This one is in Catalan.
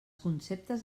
conceptes